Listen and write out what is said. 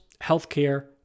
healthcare